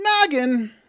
noggin